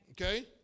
Okay